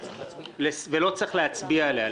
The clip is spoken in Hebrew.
ולא צריך להצביע עליה.